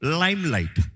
limelight